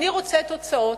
אני רוצה תוצאות.